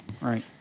Right